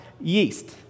yeast